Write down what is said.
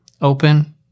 Open